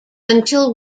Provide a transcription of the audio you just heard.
until